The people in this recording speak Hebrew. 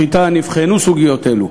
בהלכות שחיטה נבחנו סוגיות אלו.